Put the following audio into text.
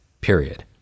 period